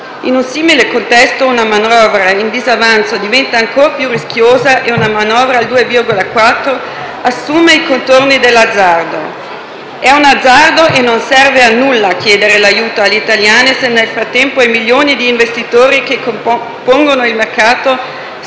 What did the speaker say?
In un simile contesto una manovra in disavanzo diventa ancora più rischiosa e una manovra al 2,4 per cento assume i contorni dell'azzardo. È un azzardo e non serve a nulla chiedere l'aiuto agli italiani, se nel frattempo i milioni di investitori che compongono il mercato stanno